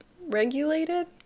Regulated